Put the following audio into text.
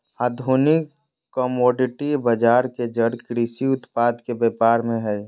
आधुनिक कमोडिटी बजार के जड़ कृषि उत्पाद के व्यापार में हइ